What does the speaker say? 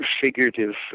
figurative